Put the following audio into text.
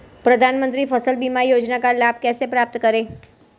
प्रधानमंत्री फसल बीमा योजना का लाभ कैसे प्राप्त करें?